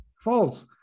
false